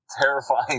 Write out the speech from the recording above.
terrifying